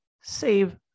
save